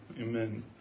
amen